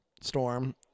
storm